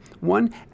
one